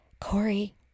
Corey